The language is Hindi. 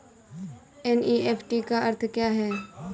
एन.ई.एफ.टी का अर्थ क्या है?